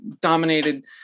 dominated